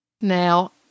Now